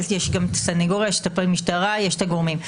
יש גם סנגוריה, יש --- משטרה, יש את הגורמים.